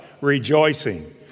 rejoicing